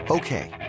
Okay